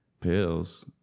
pills